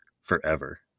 forever